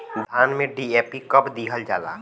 धान में डी.ए.पी कब दिहल जाला?